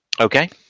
Okay